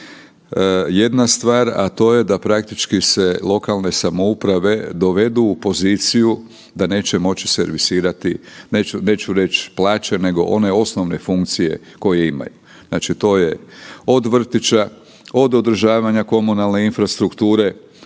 jedna stvar, a to je da praktički se lokalne samouprave dovedu u poziciju da neće moći servisirati, neću reć plaće nego one osnovne funkcije koje imaju. Znači to je od vrtića, od održavanja komunalne infrastrukture,